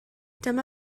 dyma